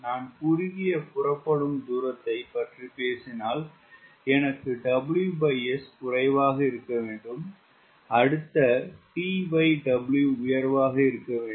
நான் குறுகிய புறப்படும் தூரத்தைப் பற்றி பேசினால் எனக்கு WS குறைவாக இருக்க வேண்டும் அடுத்த TW உயர்வாக இருக்க வேண்டும்